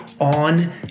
on